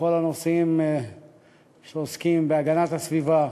בכל הנושאים שעוסקים בהגנת הסביבה,